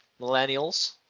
Millennials